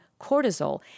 cortisol